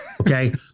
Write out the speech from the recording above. Okay